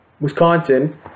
Wisconsin